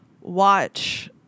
watch